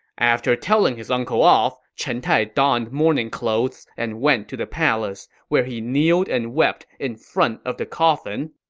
after telling his uncle off, chen tai donned mourning clothes and went to the palace, where he kneeled and wept in front of the coffin.